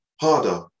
Harder